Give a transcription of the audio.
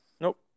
Nope